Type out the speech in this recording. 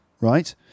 right